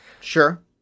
Sure